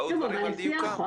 באו דברים על דיוקם.